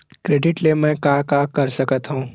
Credit ले मैं का का कर सकत हंव?